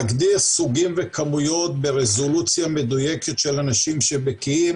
להגדיר סוגים וכמויות ברזולוציה מדויקת של אנשים שבקיאים